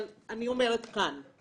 אבל אני אומרת כאן.